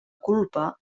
culpa